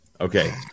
Okay